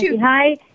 Hi